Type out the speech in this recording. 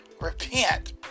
repent